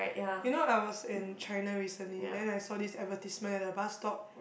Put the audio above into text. you know I was in China recently then I saw this advertisement at the bus stop